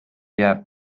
jääb